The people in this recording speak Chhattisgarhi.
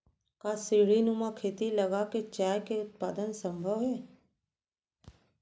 का सीढ़ीनुमा खेती लगा के चाय के उत्पादन सम्भव हे?